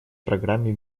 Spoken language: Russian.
программе